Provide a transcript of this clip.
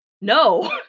no